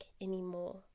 anymore